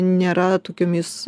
nėra tokiomis